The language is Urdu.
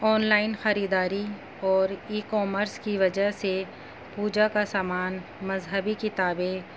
آن لائن خریداری اور ای کامرس کی وجہ سے پوجا کا سامان مذہبی کتابیں